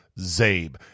zabe